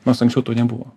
nors anksčiau to nebuvo